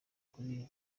kuri